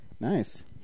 Nice